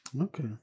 Okay